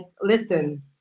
listen